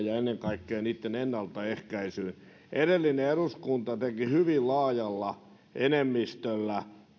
ja ennen kaikkea niitten ennalta ehkäisyyn edellinen eduskunta teki hyvin laajalla enemmistöllä